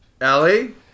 Allie